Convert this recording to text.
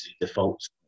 defaults